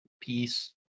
peace